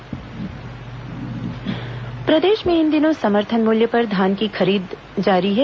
धान जब्त प्रदेश में इन दिनों समर्थन मूल्य पर धान की खरीदी जारी है